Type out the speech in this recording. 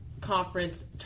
conference